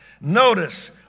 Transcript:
Notice